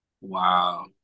Wow